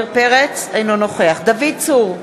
אינו נוכח דוד צור,